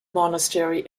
monastery